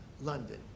London